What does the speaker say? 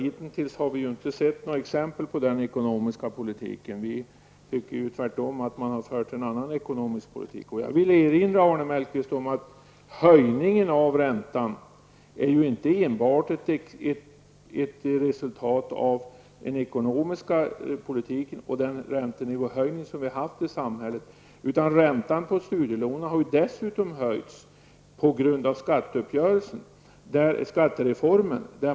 Hittills har vi inte sett några exempel på en sådan ekonomisk politik. Vi tycker tvärtom att man fört en helt annan ekonomisk politik. Jag vill erinra Arne Mellqvist om att höjningen av räntan på studielånen inte enbart är resultatet av den ekonomiska politiken och den allmänna räntenivåhöjningen. Räntan på studielånen har dessutom höjts på grund av skattereformen.